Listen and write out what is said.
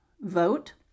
vote